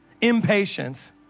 Impatience